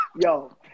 Yo